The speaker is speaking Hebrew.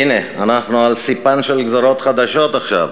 הנה, אנחנו על ספן של גזירות חדשות עכשיו,